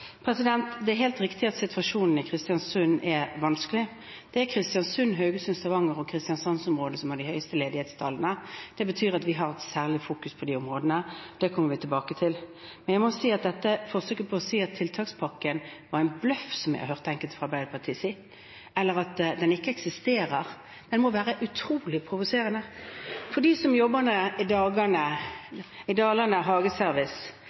Det er helt riktig at situasjonen i Kristiansund er vanskelig. Det er Kristiansund, Haugesund, Stavanger og Kristiansandsområdet som har de høyeste ledighetstallene. Det betyr at vi har et særlig fokus på de områdene. Det kommer vi tilbake til. Jeg må si at dette forsøket på å si at tiltakspakken var en bløff, som jeg har hørt enkelte fra Arbeiderpartiet si, eller at den ikke eksisterer, må være utrolig provoserende for dem som jobber i Dalane Hageservice,